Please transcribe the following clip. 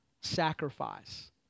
sacrifice